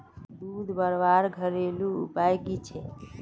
दूध बढ़वार घरेलू उपाय की छे?